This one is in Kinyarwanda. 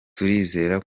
turizera